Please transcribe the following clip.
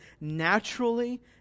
naturally